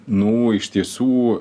nu iš tiesų